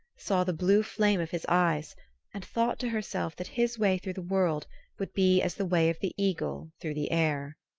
saw the blue flame of his eyes and thought to herself that his way through the world would be as the way of the eagle through the air.